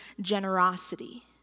generosity